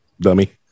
dummy